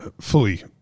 fully